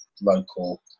local